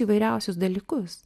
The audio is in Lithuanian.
įvairiausius dalykus